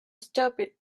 stupid